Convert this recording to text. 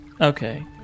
Okay